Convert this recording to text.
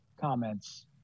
comments